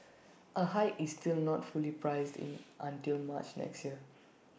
A hike is still not fully priced in until March next year